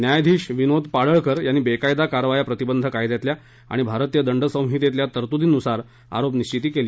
न्यायाधीश विनोद पाडळकर यांनी बेकायदा कारवाया प्रतिबंध कायद्यातल्या आणि भारतीय दंडसंहितेतल्या तरतुदींनुसार आरोप निश्चिती केली